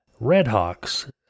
Redhawks